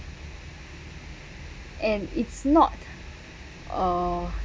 and it's not uh